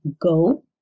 go